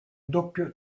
doppio